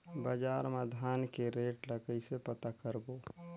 बजार मा धान के रेट ला कइसे पता करबो?